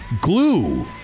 glue